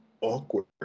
awkward